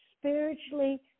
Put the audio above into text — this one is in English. spiritually